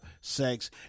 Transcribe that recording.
sex